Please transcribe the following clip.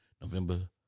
November